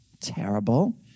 terrible